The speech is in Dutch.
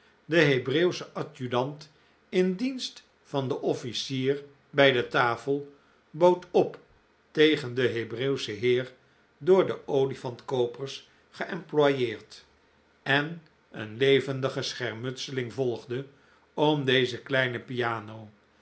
de hebreeuwsche adjudant in dienst van den offlcier bij de tafel bood op tegen den hebreeuwschen heer door de olifant koopers geemployeerd en een levendige schermutseling volgde om deze kleine piano